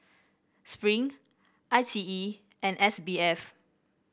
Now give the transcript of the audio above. Spring I T E and S B F